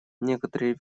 некоторые